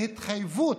"התחייבות"